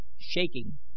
Shaking